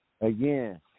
Again